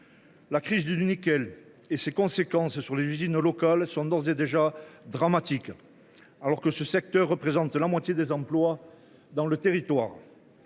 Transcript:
La crise du nickel et ses conséquences sur les usines locales sont d’ores et déjà dramatiques, alors que ce secteur concentre la moitié des emplois dans le territoire.